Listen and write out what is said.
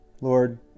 Lord